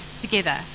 together